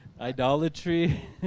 idolatry